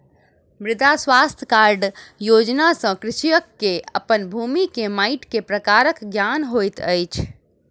मृदा स्वास्थ्य कार्ड योजना सॅ कृषक के अपन भूमि के माइट के प्रकारक ज्ञान होइत अछि